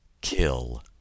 kill